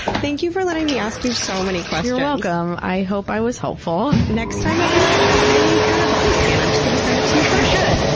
thank you for letting me ask you so many questions. you're welcome! i hope i was helpful. next time i get any kind of body scan, i'm just going to send it to you for sure!